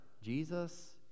Jesus